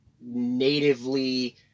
natively